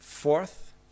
Fourth